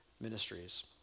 ministries